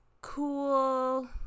cool